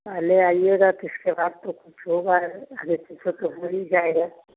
पहले आइएगा तो इसके बाद तो कुछ होगा आगे पीछे तो हो ही जाएगा